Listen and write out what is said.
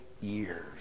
years